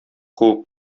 куып